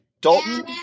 Dalton